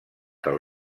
del